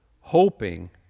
hoping